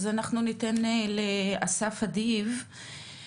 אנחנו ניתן לאסף אדיב את רשות הדיבור.